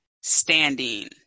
standing